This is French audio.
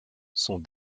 sont